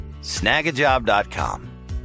Snagajob.com